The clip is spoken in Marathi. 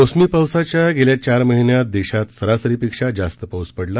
मौसमी पावसाच्या गेल्या चार महिन्यात देशात सरासरीपेक्षा जास्त पाऊस पडला